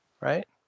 right